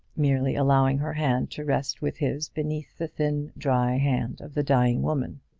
merely allowing her hand to rest with his beneath the thin, dry hand of the dying woman.